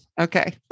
Okay